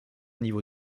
niveau